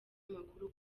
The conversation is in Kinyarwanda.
amakuru